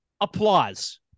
applause